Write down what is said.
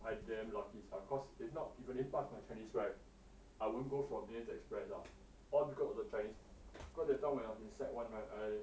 I damn lucky sia cause if not if I didn't pass my chinese right I won't go from N to express lah all because of the chinese cause that time when I was in sec one right I